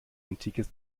antikes